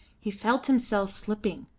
he felt himself slipping,